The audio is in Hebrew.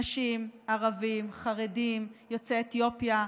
נשים, ערבים, חרדים, יוצאי אתיופיה,